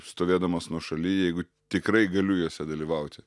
stovėdamas nuošaly jeigu tikrai galiu juose dalyvauti